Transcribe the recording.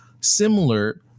similar